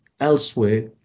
elsewhere